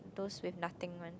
those with nothing one